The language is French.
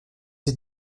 ses